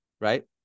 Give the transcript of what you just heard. right